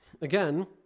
again